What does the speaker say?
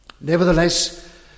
Nevertheless